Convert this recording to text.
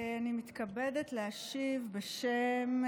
אני מתכבדת להשיב בשם,